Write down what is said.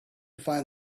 find